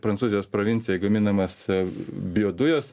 prancūzijos provincijoj gaminamas biodujas